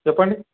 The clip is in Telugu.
చెప్పండి